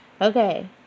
Okay